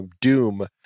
doom